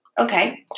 Okay